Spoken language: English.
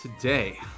Today